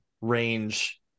range